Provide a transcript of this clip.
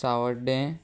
Sanvordem